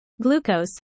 glucose